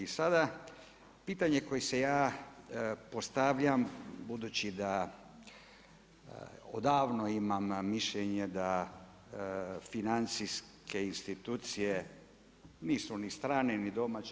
I sada pitanje koje si ja postavljam budući da odavno imam mišljenje da financijske institucije nisu ni strane ni domaće.